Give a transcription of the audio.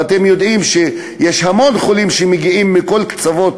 ואתם יודעים שיש המון חולים שמגיעים מכל קצוות